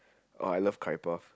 oh I love curry puff